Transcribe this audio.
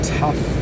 tough